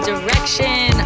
Direction